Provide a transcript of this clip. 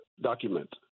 document